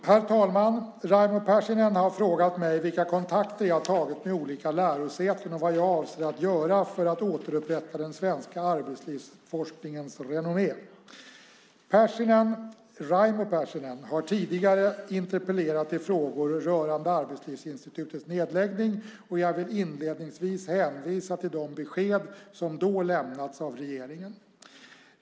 Herr talman! Raimo Pärssinen har frågat mig vilka kontakter jag tagit med olika lärosäten och vad jag avser att göra för att återupprätta den svenska arbetslivsforskningens renommé. Raimo Pärssinen har tidigare interpellerat i frågor rörande Arbetslivsinstitutets nedläggning och jag vill inledningsvis hänvisa till de besked som då lämnats av regeringen.